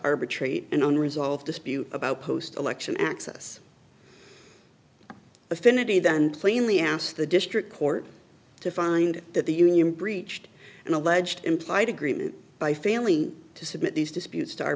arbitrate an unresolved dispute about post election access affinity that and plainly asked the district court to find that the union breached an alleged implied agreement by family to submit these disputes to